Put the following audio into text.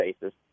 basis